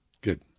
Good